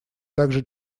также